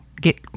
get